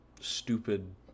stupid